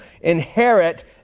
inherit